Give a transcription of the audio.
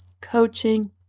coaching